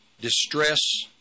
distress